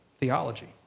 theology